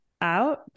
out